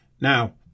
Now